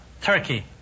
Turkey